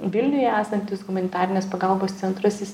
vilniuje esantis humanitarinės pagalbos centras jis